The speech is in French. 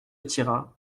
tira